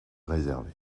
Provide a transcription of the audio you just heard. réservé